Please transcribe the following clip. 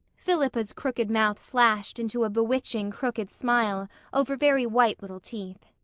philippa's crooked mouth flashed into a bewitching, crooked smile over very white little teeth.